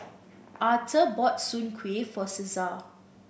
Aurthur bought Soon Kuih for Caesar